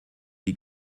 die